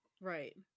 Right